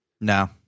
No